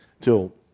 till